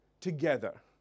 together